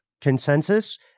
consensus